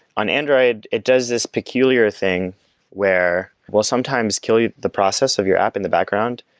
on android, it does this peculiar thing where well sometimes kill you the process of your app in the background,